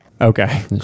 Okay